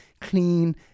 clean